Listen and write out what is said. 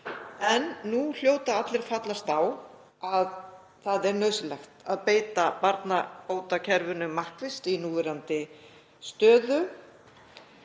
Allir hljóta að fallast á að það er nauðsynlegt að beita barnabótakerfinu markvisst í núverandi stöðu.